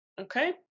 Okay